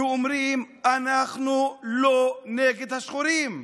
ואומרים: אנחנו לא נגד השחורים,